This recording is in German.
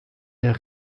der